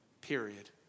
Period